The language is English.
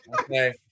Okay